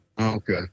Okay